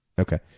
Okay